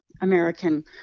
American